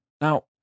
Now